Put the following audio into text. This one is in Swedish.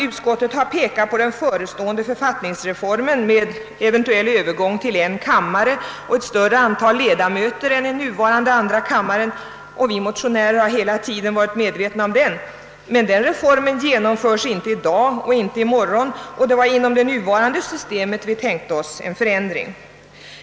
Utskottet har pekat på den förestående författningsreformen med en eventuell övergång till en kammare och ett större antal ledamöter än i den nuvarande andra kammaren. Vi motionärer har varit medvetna om denna reform, men den genomföres varken i dag eller i morgon och det var inom det nuvarande systemet som vi tänkte oss en förändring.